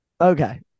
okay